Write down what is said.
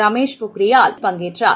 ரமேஷ் போக்ரியால் பங்கேற்றார்